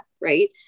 right